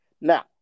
Now